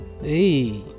Hey